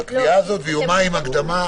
יומיים הקדמה,